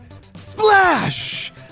splash